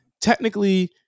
technically